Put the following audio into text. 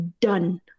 done